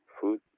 food